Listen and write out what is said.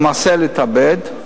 למעשה להתאבד,